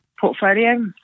portfolio